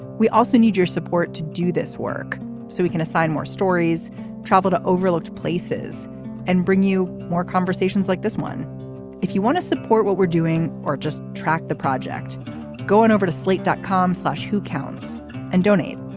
we also need your support to do this work so we can assign more stories travel to overlooked places and bring you more conversations like this one if you want to support what we're doing or just track the project going over to slate dot com slash who counts and donate.